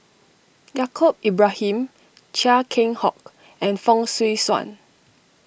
Yaacob Ibrahim Chia Keng Hock and Fong Swee Suan